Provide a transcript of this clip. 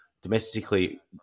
domestically